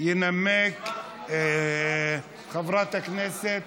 התשע"ח 2018. תנמק חברת הכנסת